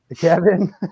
Kevin